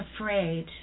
afraid